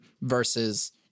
versus